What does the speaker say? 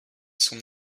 son